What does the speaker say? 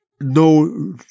no